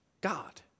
God